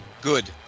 Good